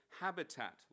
habitat